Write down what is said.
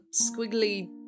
squiggly